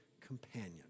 companion